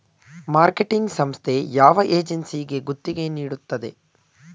Marketing ಸಂಸ್ಥೆ ಯಾವ ಏಜೆನ್ಸಿಗೆ ಗುತ್ತಿಗೆ ನೀಡುತ್ತದೆ?